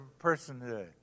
personhood